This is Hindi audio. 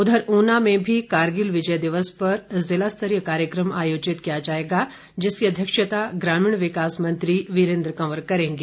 उधर ऊना में भी कारगिल विजय दिवस पर जिला स्तरीय कार्यक्रम आयोजित किया जाएगा जिसकी अध्यक्षता ग्रामीण विकास मंत्री वीरेन्द्र कवर करेंगे